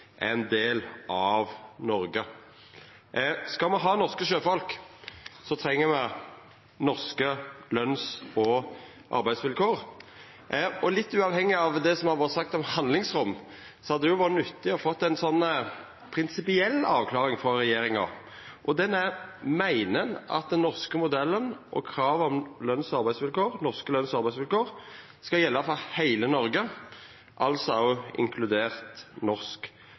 er ein del av Noreg. Skal me ha norske sjøfolk, treng me norske løns- og arbeidsvilkår. Og litt uavhengig av det som har vore sagt om handlingsrom, hadde det vore nyttig å få ei prinsipiell avklaring frå regjeringa, og det gjeld: Meiner ein at den norske modellen og kravet om norske løns- og arbeidsvilkår skal gjelda for heile Noreg, altså òg inkludert norsk